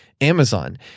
Amazon